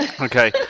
Okay